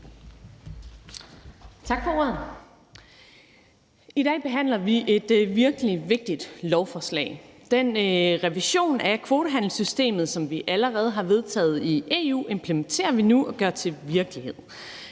Tak for ordet. I dag behandler vi et virkelig vigtigt lovforslag. Den revision af kvotehandelssystemet, som vi allerede har vedtaget i EU, implementerer vi nu og gør til virkelighed.